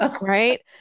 Right